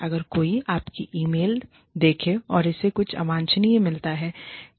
अगर कोई आपकी ईमेल देखें और उसे कुछ अवांछनीय मिलता है